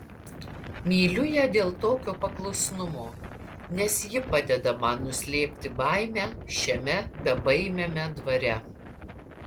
myliu ją dėl tokio paklusnumo nes ji padeda man nuslėpti baimę šiame bebaimiame dvare